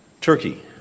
Turkey